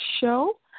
show